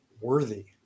worthy